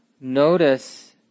notice